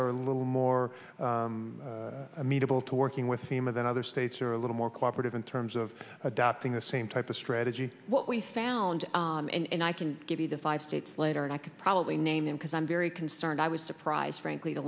are a little more amenable to working with the same of than other states are a little more cooperative in terms of adopting the same type of strategy what we found and i can give you the five states later and i could probably name them because i'm very concerned i was surprised frankly to